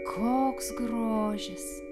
koks grožis